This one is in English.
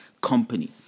company